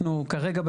כרגע,